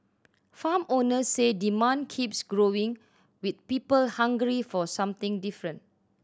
farm owners say demand keeps growing with people hungry for something different